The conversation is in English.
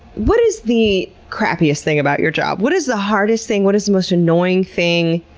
what is the crappiest thing about your job? what is the hardest thing? what is the most annoying thing?